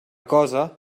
cosa